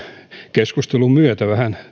keskustelun myötä vähän liian vähälle